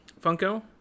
Funko